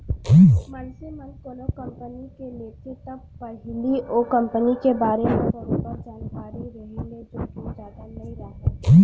मनसे मन कोनो कंपनी के लेथे त पहिली ओ कंपनी के बारे म बरोबर जानकारी रेहे ले जोखिम जादा नइ राहय